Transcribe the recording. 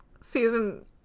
Season